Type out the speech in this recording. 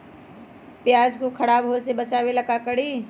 प्याज को खराब होय से बचाव ला का करी?